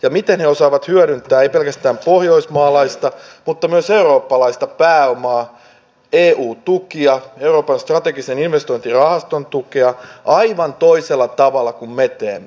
ja miten he osaavat hyödyntää ei pelkästään pohjoismaalaista mutta myös eurooppalaista pääomaa eu tukia euroopan strategisten investointien rahaston tukea aivan toisella tavalla kuin me teemme